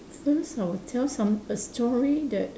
first I would tell some a story that